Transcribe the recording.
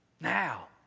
Now